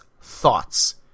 thoughts